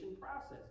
process